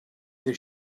that